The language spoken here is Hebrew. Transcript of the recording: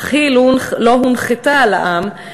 אך היא לא "הונחתה" על העם,